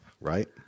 Right